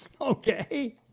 Okay